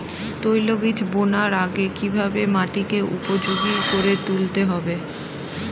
তৈলবীজ বোনার আগে কিভাবে মাটিকে উপযোগী করে তুলতে হবে?